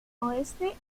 oeste